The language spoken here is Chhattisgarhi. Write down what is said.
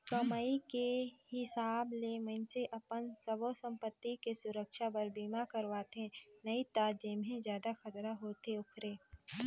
कमाई के हिसाब ले मइनसे अपन सब्बो संपति के सुरक्छा बर बीमा करवाथें नई त जेम्हे जादा खतरा होथे ओखरे